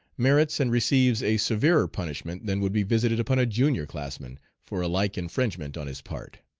merits and receives a severer punishment than would be visited upon a junior classman for a like infringement on his part.